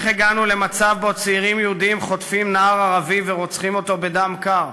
איך הגענו למצב שבו צעירים יהודים חוטפים נער ערבי ורוצחים אותו בדם קר?